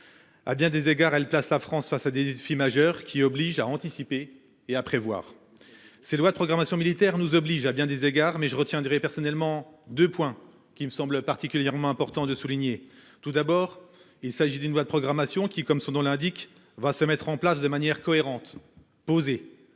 À bien des égards, elle place la France face à des défis majeurs qui oblige à anticiper et à prévoir ces lois de programmation militaire nous oblige à bien des égards mais je retiendrai personnellement de points qui me semble particulièrement important de souligner tout d'abord il s'agit d'une loi de programmation qui comme son nom l'indique va se mettre en place de manière cohérente. Posé